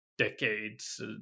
decades